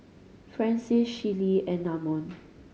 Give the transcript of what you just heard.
Francies Shelli and Namon